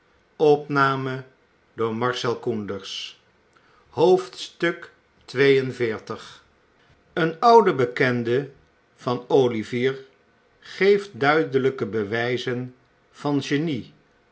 bbn oude bekende van olivier geeft duidelijke bewijzen van genie